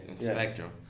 spectrum